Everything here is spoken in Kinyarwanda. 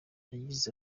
yagize